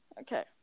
okay